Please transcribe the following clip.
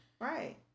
Right